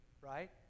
right